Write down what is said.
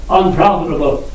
unprofitable